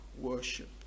worship